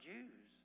Jews